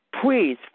please